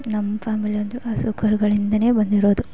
ನಮ್ಮ ಫ್ಯಾಮಿಲಿ ಅಂದ್ರೆ ಹಸು ಕರುಗಳಿಂದಲೇ ಬಂದಿರೋದು